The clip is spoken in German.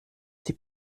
die